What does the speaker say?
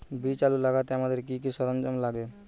বীজ আলু লাগাতে আমাদের কি কি সরঞ্জাম লাগে?